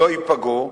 לא ייפגעו.